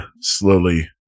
slowly